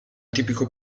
tipico